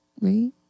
right